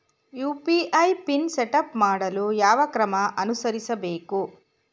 UPI PIN setup ಮಾಡಲು ಯಾವ ಕ್ರಮ ಅನುಸರಿಸಬೇಕು?